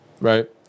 right